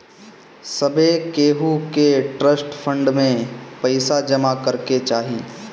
सभे केहू के ट्रस्ट फंड में पईसा जमा करे के चाही